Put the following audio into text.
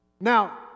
Now